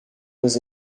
was